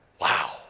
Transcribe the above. Wow